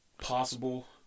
possible